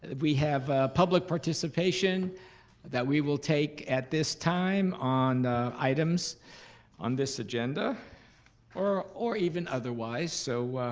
we have public participation that we will take at this time on items on this agenda or or even otherwise, so